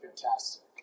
fantastic